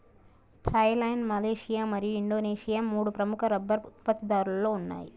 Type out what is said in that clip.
Thailand, Malaysia మరియు Indonesia మూడు ప్రముఖ రబ్బరు ఉత్పత్తిదారులలో ఉన్నాయి